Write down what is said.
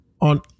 on